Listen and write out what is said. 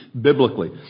biblically